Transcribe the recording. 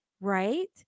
right